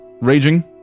raging